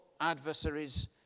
adversaries